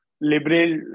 liberal